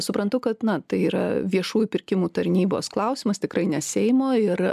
suprantu kad na tai yra viešųjų pirkimų tarnybos klausimas tikrai ne seimo ir